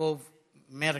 יעקב מרגי.